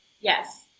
Yes